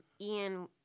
Ian